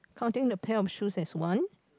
counting the pair of shoes as one